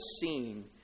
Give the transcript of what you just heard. seen